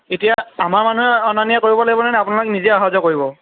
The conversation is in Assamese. এতিয়া আমাৰ মানুহে অনা নিয়া কৰিব লাগিবনে নে আপোনালোকে নিজে অহা যোৱা কৰিব